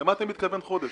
למה אתה מתכוון "חודש"?